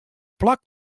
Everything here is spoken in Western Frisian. plak